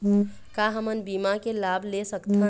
का हमन बीमा के लाभ ले सकथन?